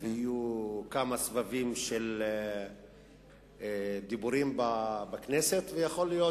ויהיו כמה סבבים של דיבורים בכנסת, ויכול להיות